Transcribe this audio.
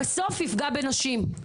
בסוף יפגע בנשים.